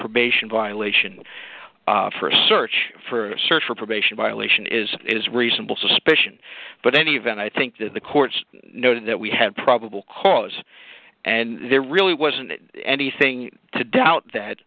probation violation for a search for a search for probation violation is it is reasonable suspicion but any event i think that the court's noted that we had probable cause and there really wasn't anything to doubt that